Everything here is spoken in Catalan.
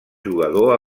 jugador